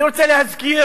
אני רוצה להזכיר